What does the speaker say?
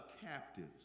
captives